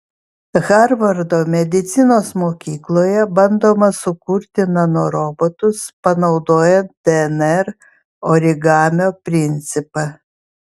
harvardo medicinos mokykloje bandoma sukurti nanorobotus panaudojant dnr origamio principą